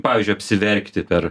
pavyzdžiui apsiverkti per